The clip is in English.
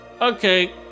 Okay